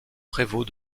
prévôt